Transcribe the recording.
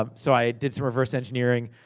ah so, i did some reverse engineering,